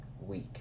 week